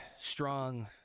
strong